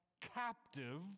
captive